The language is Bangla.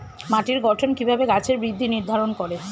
মাটির গঠন কিভাবে গাছের বৃদ্ধি নির্ধারণ করে?